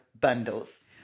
Bundles